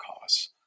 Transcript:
costs